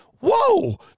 whoa